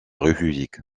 république